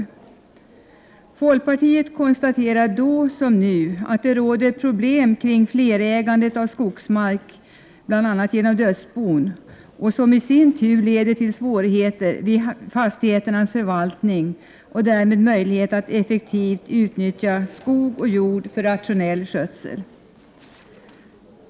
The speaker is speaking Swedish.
Folkpartiet konstaterade, då som nu, att det råder problem kring flerägandet av skogsmark genom bl.a. dödsbon, vilket i sin tur leder till svårigheter vid fastigheternas förvaltning och när det gäller möjligheterna att effektivt utnyttja skog och jord för rationell skötsel.